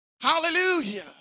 Hallelujah